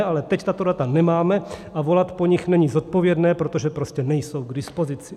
Ale teď tato data nemáme a volat po nich není zodpovědné, protože prostě nejsou k dispozici.